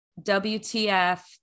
WTF